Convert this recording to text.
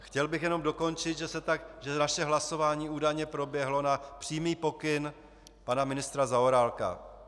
Chtěl bych jen dokončit, že hlasování údajně proběhlo na přímý pokyn pana ministra Zaorálka.